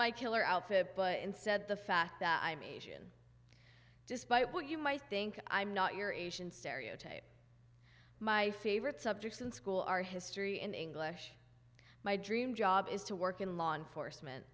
my killer outfit but instead the fact that i'm asian despite what you might think i'm not your asian stereotype my favorite subjects in school are history and english my dream job is to work in law enforcement